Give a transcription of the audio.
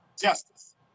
justice